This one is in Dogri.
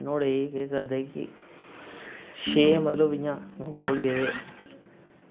नुहाड़ै ई केह् करदे की शैल इंया मतलब की बोलदे्